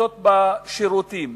מקצצות בשירותים,